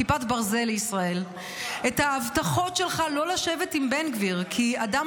כיפת ברזל לישראל -- מה יש לך לומר על האיום על המפכ"ל?